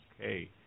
Okay